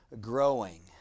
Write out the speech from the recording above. growing